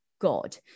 god